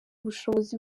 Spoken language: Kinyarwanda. ubushobozi